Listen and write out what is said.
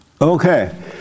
Okay